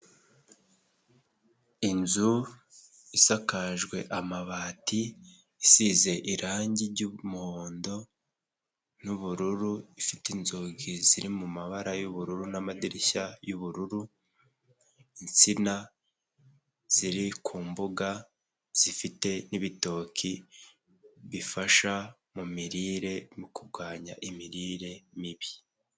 Inzu isakajwe amabati, isize irangi ry'umuhondo n'umuhondo, ifite inzugi ziri mu mabara y'ubururu n'amadirishya y'ubururu, insina ziri ku mbuga zifite n'ibitoki bifasha mu mirire, mu kurwanya imirire mibi.